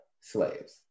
slaves